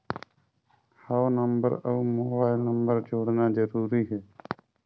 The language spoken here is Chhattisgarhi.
हव नंबर अउ मोबाइल नंबर जोड़ना जरूरी हे?